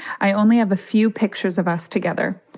i only have a few pictures of us together.